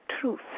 truth